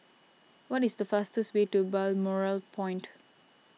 what is the fastest way to Balmoral Point